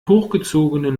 hochgezogenen